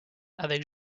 avec